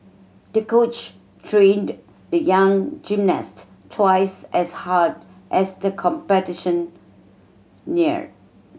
the coach trained the young gymnast twice as hard as the competition neared